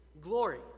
glory